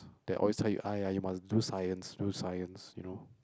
that always tell you !aiya! you must do science do science you know